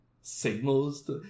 signals